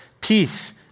Peace